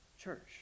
church